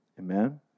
Amen